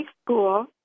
school